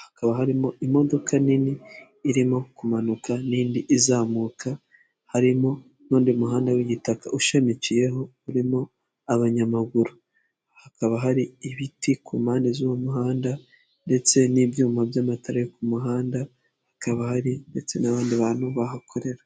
hakaba harimo imodoka nini irimo kumanuka n'indi izamuka, harimo n'undi muhanda w'igitaka ushamikiyeho urimo abanyamaguru, hakaba hari ibiti ku mpande z' muhanda, ndetse n'ibyuma by'amatara ku muhanda hakaba hari ndetse n'abandi bantu bahakorera.